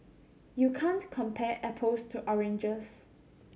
you can't compare apples to oranges